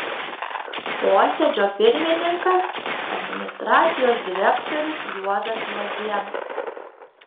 posėdžio pirmininkas administracijos direktorius juozas juozėnas